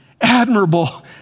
admirable